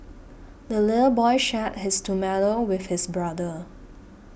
the little boy shared his tomato with his brother